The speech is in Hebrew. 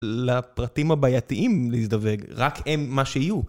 לפרטים הבעייתיים להזדווג, רק הם מה שיהיו.